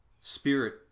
spirit